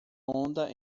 onda